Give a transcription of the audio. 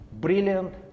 brilliant